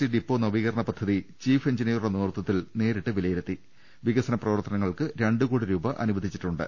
C depot നവീകരണ പദ്ധതി chief എഞ്ചിനീയറുടെ നേതൃത്വത്തിൽ നേരിട്ട് വിലയിരുത്തി വികസന പ്രവർത്തന ങ്ങൾക്ക് രണ്ടുകോടി രൂപ അനുവദിച്ചിട്ടുണ്ട്